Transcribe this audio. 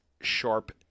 sharp